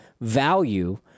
value